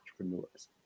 entrepreneurs